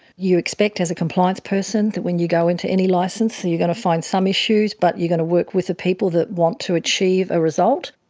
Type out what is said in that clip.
you expect as a compliance person that when you go into any license you're going to find some issues but you're going to work with people that want to achieve a result.